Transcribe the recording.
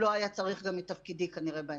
לא היה צריך גם את תפקידי כנראה בעניין.